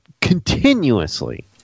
continuously